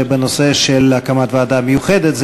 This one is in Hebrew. בנושא של הקמת ועדה מיוחדת.